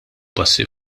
passi